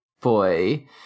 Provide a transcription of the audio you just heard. Boy